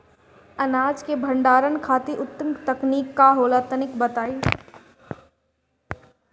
अनाज के भंडारण खातिर उत्तम तकनीक का होला तनी बताई?